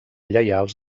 lleials